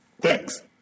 Thanks